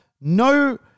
no